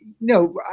no